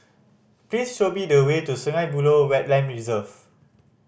please show me the way to Sungei Buloh Wetland Reserve